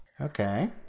Okay